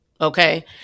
Okay